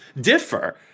differ